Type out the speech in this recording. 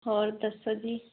ਔਰ ਦੱਸੋ ਜੀ